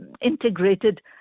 integrated